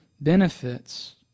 benefits